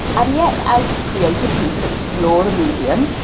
and yet, as creative people explore the medium,